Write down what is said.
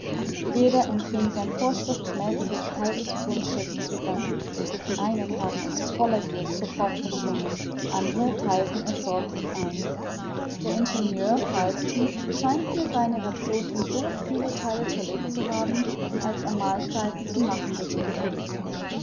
jeder empfing sein vorschriftsmäßiges halbes pfund schiffszwieback die einen haben es voller gier sofort verschlungen andere theilten es sorglich ein der ingenieur falsten scheint mir seine ration in so viele theile zerlegt zu haben als er mahlzeiten zu machen gewöhnt ist